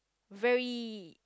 very